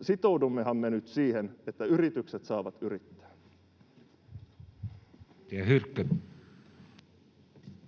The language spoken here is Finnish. Sitoudummehan me nyt siihen, että yritykset saavat yrittää?